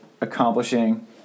accomplishing